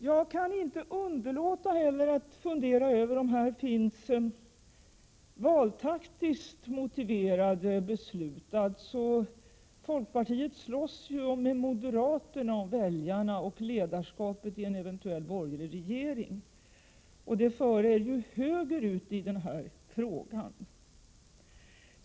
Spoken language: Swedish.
Jag kan inte underlåta att fundera över om här finns valtaktiskt motiverade beslut. Folkpartiet slåss ju med moderaterna om väljarna och ledarskapet i en eventuell borgerlig regering. Det för er högerut i den här frågan.